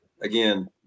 Again